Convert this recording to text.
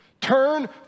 Turn